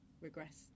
regress